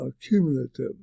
cumulative